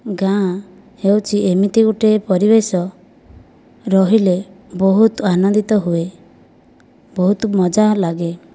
ଗାଁ ହେଉଛି ଏମିତି ଗୋଟିଏ ପରିବେଶ ରହିଲେ ବହୁତ ଆନନ୍ଦିତ ହୁଏ ବହୁତ ମଜା ଲାଗେ